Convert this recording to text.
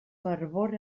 fervor